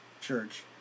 church